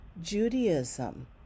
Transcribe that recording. Judaism